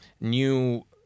new